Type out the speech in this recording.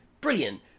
Brilliant